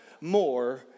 more